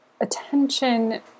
attention